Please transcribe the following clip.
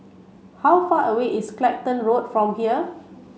how far away is Clacton Road from here